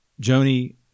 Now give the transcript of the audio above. Joni